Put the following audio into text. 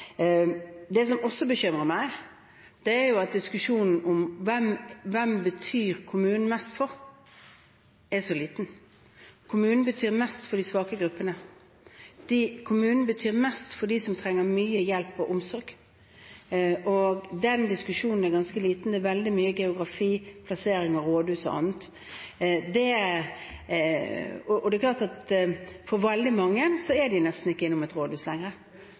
at diskusjonen om hvem kommunen betyr mest for, er så liten. Kommunen betyr mest for de svake gruppene. Kommunen betyr mest for dem som trenger mye hjelp og omsorg. Den diskusjonen er ganske liten. Det er veldig mye om geografi, plassering av rådhus og annet. Det er klart at veldig mange er nesten ikke innom et rådhus